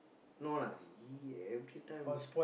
no lah he every time